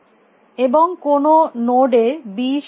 এবং কোনো note A B শিশুরা আছে